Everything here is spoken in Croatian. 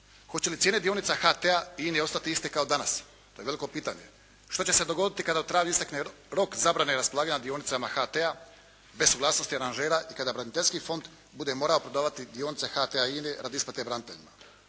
Hoće li cijene dionica HT-a i INA-e ostati iste kao danas, to je veliko pitanje. Što će se dogoditi kada u travnju istekne rok zabrane raspolaganja dionicama HT-a te suglasnosti aranžera i kada braniteljski fond bude morao prodavati dionice HT-a i INA-e radi isplate braniteljima.